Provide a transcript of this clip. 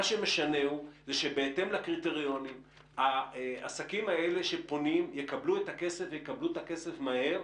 מה שמשנה הוא שבהתאם לקריטריונים העסקים שפונים יקבלו את הכסף מהר,